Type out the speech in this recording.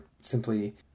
simply